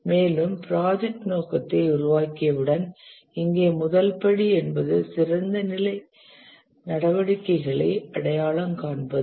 மேலும் ப்ராஜெக்ட் நோக்கத்தை உருவாக்கியவுடன் இங்கே முதல் படி என்பது சிறந்த நிலை நடவடிக்கைகளை அடையாளம் காண்பது